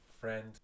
friend